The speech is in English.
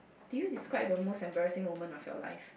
did you describe the most embarrassing moment of you life